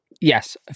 Yes